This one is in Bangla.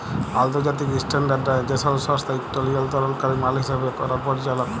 আলতর্জাতিক ইসট্যানডারডাইজেসল সংস্থা ইকট লিয়লতরলকারি মাল হিসাব ক্যরার পরিচালক